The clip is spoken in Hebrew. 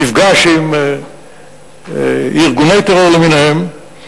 נפגש עם ארגוני טרור למיניהם,